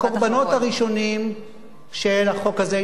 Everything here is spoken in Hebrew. הקורבנות הראשונים של החוק הזה,